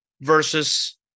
versus